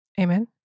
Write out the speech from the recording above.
Amen